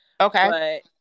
Okay